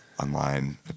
online